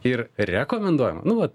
ir rekomenduojama nu vat